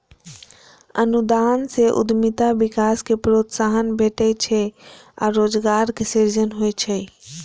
अनुदान सं उद्यमिता विकास कें प्रोत्साहन भेटै छै आ रोजगारक सृजन होइ छै